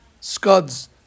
scuds